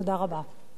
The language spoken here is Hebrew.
תודה רבה.